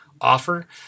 offer